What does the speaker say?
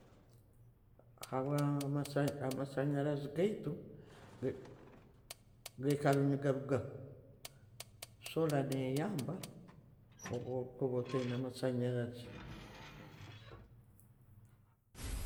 Habwamasa, Amasanyalaze gaitu gaikara negarugaho, solar neyamba obwokuba otayina masanyarazi